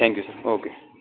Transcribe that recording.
thank you sir okay